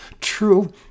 True